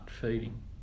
feeding